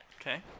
Okay